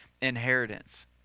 inheritance